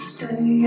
Stay